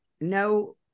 no